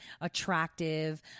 attractive